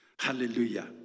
Hallelujah